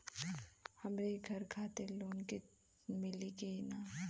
हमरे घर खातिर लोन मिली की ना?